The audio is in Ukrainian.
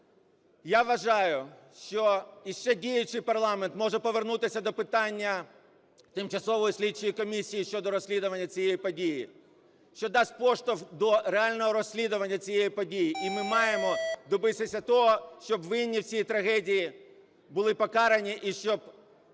Я вважаю, що іще діючий парламент може повернутися до питання тимчасової слідчої комісії щодо розслідування цієї події, що дасть поштовх до реального розслідування цієї події. І ми маємо добитися того, щоб винні в цій трагедії були покарані і щоб